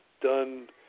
done